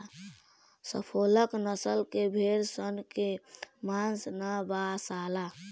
Suffolk नसल के भेड़ सन के मांस ना बासाला